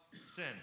sin